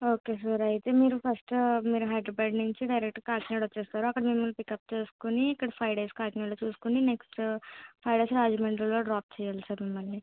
okay sir అయితే మీరు first మీరు హైదరాబాద్ నుంచి డైరెక్టు కాకినాడ వచ్చేస్తారు అక్కడ మిమల్ని పిక్ అప్ చేసుకుని ఇక్కడ ఫై డేస్ కాకినాడలో చూసుకుని నెక్స్టు ఫై డేస్ రాజమండ్రిలో డ్రాపు చేయాలి సార్ మిమల్ని